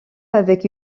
avec